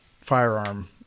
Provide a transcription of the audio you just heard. firearm –